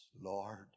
Lord